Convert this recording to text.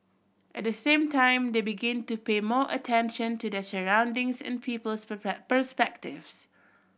at the same time they begin to pay more attention to their surroundings and people's perspectives